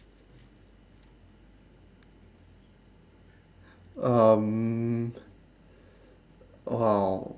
um !wow!